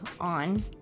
on